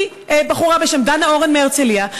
מבחורה בשם דנה אורן מהרצליה,